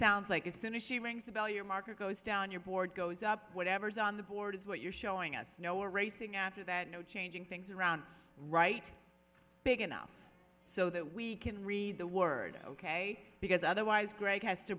sounds like as soon as she rings the bell your market goes down your board goes up whatever's on the board is what you're showing us no racing after that no changing things around right big enough so that we can read the word ok because otherwise greg has to